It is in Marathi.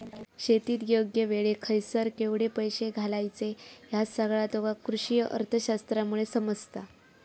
शेतीत योग्य वेळेक खयसर केवढे पैशे घालायचे ह्या सगळा तुका कृषीअर्थशास्त्रामुळे समजता